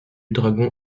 dragon